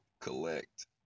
collect